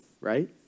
right